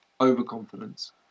overconfidence